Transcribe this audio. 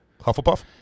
Hufflepuff